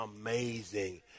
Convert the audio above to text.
amazing